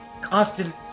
constant